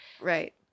right